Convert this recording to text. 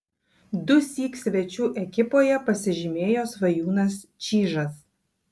dusyk svečių ekipoje pasižymėjo svajūnas čyžas